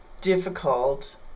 difficult